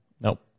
Nope